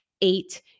eight